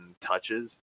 touches